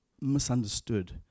misunderstood